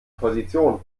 position